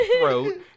throat